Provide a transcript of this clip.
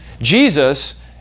Jesus